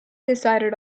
decided